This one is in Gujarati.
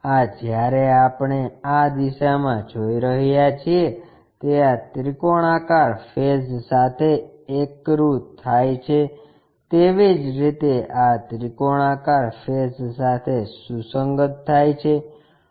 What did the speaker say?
આ જ્યારે આપણે આ દિશા મા જોઈ રહ્યા છીએ તે આ ત્રિકોણાકાર ફેસ સાથે એકરુ થાય છે તેવી જ રીતે આ તે ત્રિકોણાકાર ફેસ સાથે સુસંગત થાય છે